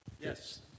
Yes